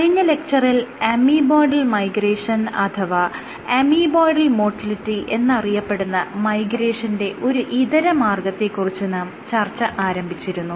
കഴിഞ്ഞ ലെക്ച്ചറിൽ amoeboidal migration അഥവാ അമീബോയ്ഡൽ മോട്ടിലിറ്റി എന്നറിയപ്പെടുന്ന മൈഗ്രേഷന്റെ ഒരു ഇതരമാർഗ്ഗത്തെ കുറിച്ച് നാം ചർച്ച ആരംഭിച്ചിരുന്നു